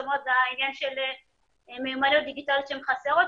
זאת אומרת העניין של מיומנויות דיגיטליות שחסרות.